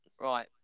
Right